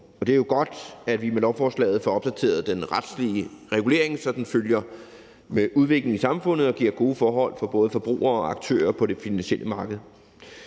det er jo godt, at vi med lovforslaget får opdateret den retslige regulering, så den følger med udviklingen i samfundet og giver gode forhold for både forbrugere og aktører på det finansielle marked.